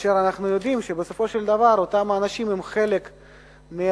ואנחנו יודעים שבסופו של דבר אותם אנשים הם חלק מהצמיחה,